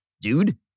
dude